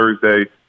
Thursday